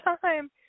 time